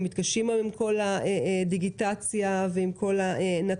הם מתקשים היום עם כל הדיגיטציה ועם כל הנתבים.